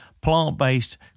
plant-based